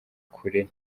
kure